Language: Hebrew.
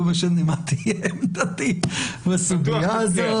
לא משנה מה תהיה עמדתי בסוגיה הזאת,